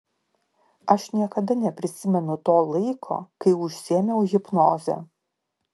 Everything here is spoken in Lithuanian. aš niekada neprisimenu to laiko kai užsiėmiau hipnoze